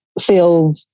feel